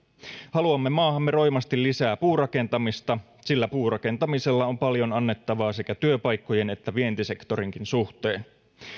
haluamme maahamme roimasti lisää puurakentamista sillä puurakentamisella on paljon annettavaa sekä työpaikkojen että vientisektorinkin suhteen